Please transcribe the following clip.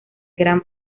gran